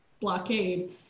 blockade